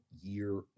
year